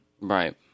Right